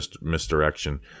misdirection